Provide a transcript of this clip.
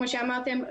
כמו שאמרתם,